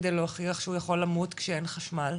כדי להוכיח שהוא יכול למות כשאין חשמל?